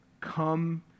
Come